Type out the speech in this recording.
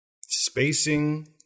Spacing